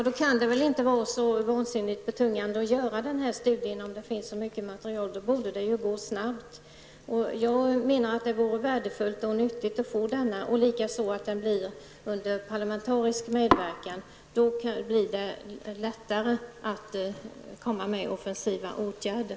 Då kan det väl inte vara så vansinnigt betungande att göra denna studie. Då borde det gå snabbt. Det vore värdefullt och nyttigt att få den gjord, likaså att den görs under parlamentarisk medverkan. Då skulle det bli lättare att sätta in offensiva åtgärder.